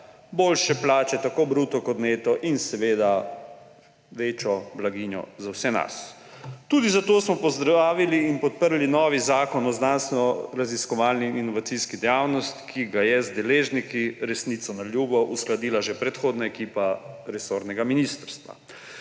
boljše plače, tako bruto kot neto, in seveda večjo blaginjo za vse nas. Tudi zato smo pozdravili in podprli novi Zakon o znanstvenoraziskovalni in inovacijski dejavnosti, ki ga je z deležniki, resnici na ljubo, uskladila že predhodna ekipa resornega ministrstva.